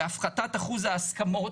בהפחתת אחוז ההסכמות,